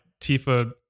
Tifa